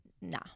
nah